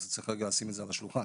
אז צריך רגע לשים את זה על השולחן